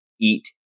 eat